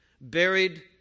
buried